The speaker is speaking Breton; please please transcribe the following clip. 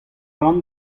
ran